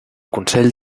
consell